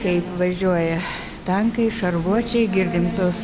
kaip važiuoja tankai šarvuočiai girdim tuos